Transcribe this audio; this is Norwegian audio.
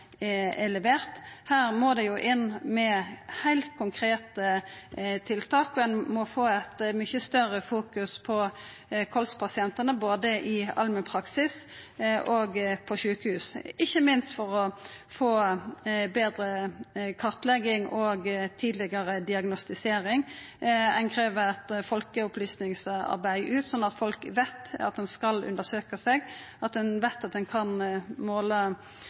levert. Her må ein inn med heilt konkrete tiltak, og ein må fokusera mykje meir på kols-pasientane både i allmennpraksis og på sjukehus, ikkje minst for å få betre kartlegging og tidlegare diagnostisering. Ein krev eit folkeopplysningsarbeid slik at folk veit at ein skal undersøka seg, og at ein veit at ein kan